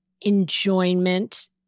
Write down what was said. enjoyment